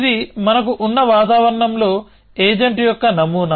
ఇది మనకు ఉన్న వాతావరణంలో ఏజెంట్ యొక్క నమూనా